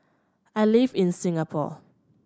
I live in Singapore